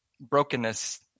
brokenness